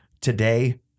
Today